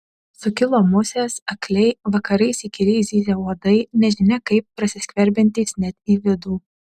sukilo musės akliai vakarais įkyriai zyzė uodai nežinia kaip prasiskverbiantys net į vidų